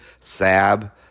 Sab